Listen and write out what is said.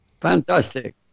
fantastic